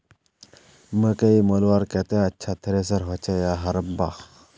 मकई मलवार केते अच्छा थरेसर होचे या हरम्बा?